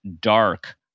dark